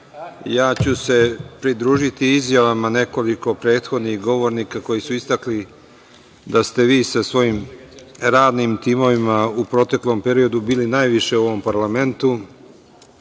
pridružiću se izjavama nekoliko prethodnih govornika koji su istakli da ste vi sa svojim radnim timovima u proteklom periodu bili najviše u ovom parlamentu